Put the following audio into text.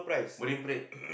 Marine-Parade